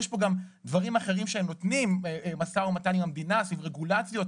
יש פה גם דברים אחרים שהם נותנים: משא ומתן עם המדינה סביב רגולציות,